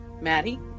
Maddie